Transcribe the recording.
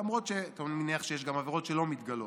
למרות שאני מניח שיש גם עבירות שלא מתגלות.